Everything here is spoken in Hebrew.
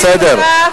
בסדר.